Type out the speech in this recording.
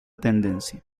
tendencia